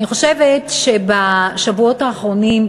אני חושבת שבשבועות האחרונים,